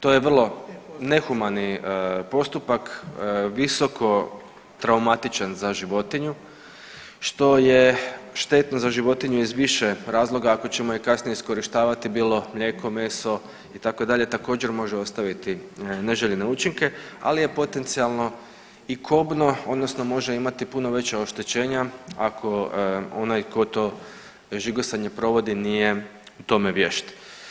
To je vrlo nehumani postupak visokotraumatičan za životinju što je štetno za životinju iz više razloga ako ćemo ju kasnije iskorištavati bilo mlijeko, meso itd., također može ostaviti neželjene učinke ali je potencijalno i kobno odnosno može imati puno veća oštećenja ako onaj tko to žigosanje provodi nije u tome vješt.